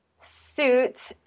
suit